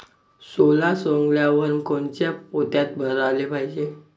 सोला सवंगल्यावर कोनच्या पोत्यात भराले पायजे?